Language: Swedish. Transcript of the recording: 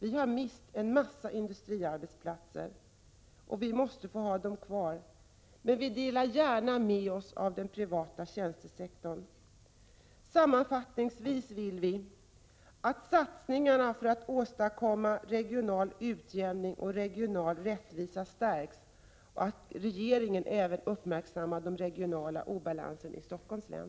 Vi har förlorat en massa industriarbetskraft, som vi borde få ha kvar, men vi delar gärna med oss av den privata tjänstesektorn. Sammanfattningsvis vill vi att satsningen för att åstadkomma regional utjämning och regional rättvisa stärks och att regeringen även uppmärksammar de regionala obalanserna i Stockholms län.